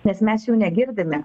nes mes jų negirdime